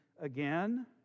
again